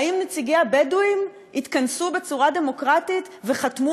האם נציגי הבדואים התכנסו בצורה דמוקרטית וחתמו